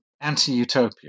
anti-utopia